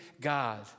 God